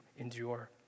endure